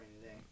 today